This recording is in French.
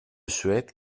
souhaite